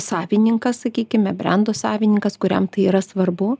savininkas sakykime brendo savininkas kuriam tai yra svarbu